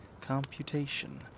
computation